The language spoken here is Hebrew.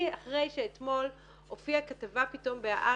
אני אחרי שאתמול הופיעה כתבה פתאום ב"הארץ"